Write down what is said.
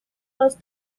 los